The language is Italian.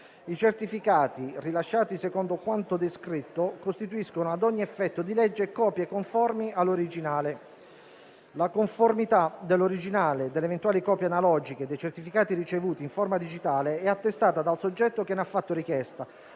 I certificati, rilasciati secondo quanto descritto, costituiscono ad ogni effetto di legge copie conformi all'originale. La conformità all'originale delle eventuali copie analogiche dei certificati ricevuti in forma digitale è attestata dal soggetto che ne ha fatto richiesta